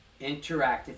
interactive